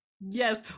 Yes